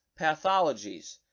pathologies